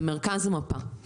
במרכז המפה.